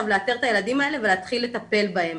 לאתר את הילדים האלה ולהתחיל לטפל בהם.